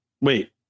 Wait